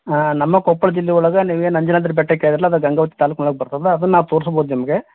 ಹಾಂ ನಮ್ಮ ಕೊಪ್ಪಳ ಜಿಲ್ಲೆ ಒಳಗೆ ನೀವೇನು ಅಂಜನಾದ್ರಿ ಬೆಟ್ಟ ಕೇಳಿದಿರಲ್ಲ ಅದು ಗಂಗಾವತಿ ತಾಲುಕ್ನೊಳಗೆ ಬರ್ತದೆ ಅದನ್ನು ನಾವು ತೋರ್ಸಬೋದು ನಿಮಗೆ